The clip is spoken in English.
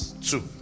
two